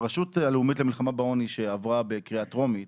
הרשות הלאומית למלחמה בעוני שעברה בקריאה תרומית,